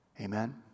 Amen